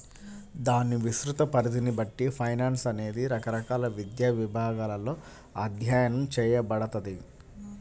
దాని విస్తృత పరిధిని బట్టి ఫైనాన్స్ అనేది రకరకాల విద్యా విభాగాలలో అధ్యయనం చేయబడతది